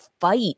fight